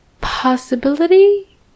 possibility